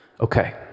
Okay